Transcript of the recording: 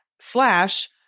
slash